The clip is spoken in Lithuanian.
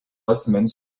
asmens